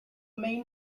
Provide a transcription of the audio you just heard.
main